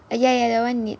eh ya ya that [one] need